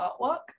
artwork